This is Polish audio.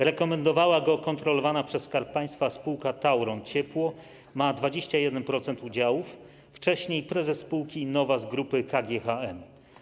Rekomendowała go kontrolowana przez Skarb Państwa spółka Tauron Ciepło, w której ma 21% udziałów, a wcześniej prezes spółki Innova z grupy KGHM.